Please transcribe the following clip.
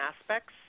aspects